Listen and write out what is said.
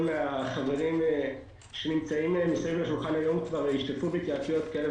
מהחברים שנמצאים סביב השולחן היום כבר השתתפו בהתייעצויות כאלה